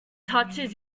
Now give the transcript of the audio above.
touches